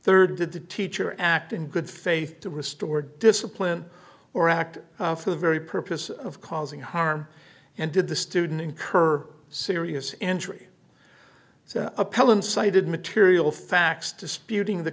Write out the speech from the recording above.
third did the teacher act in good faith to restore discipline or act for the very purpose of causing harm and did the student incur serious injury so appellant cited material facts disputing the